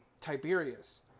Tiberius